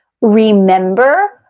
remember